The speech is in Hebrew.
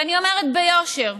ואני אומרת ביושר: